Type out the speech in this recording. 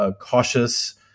cautious